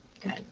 Good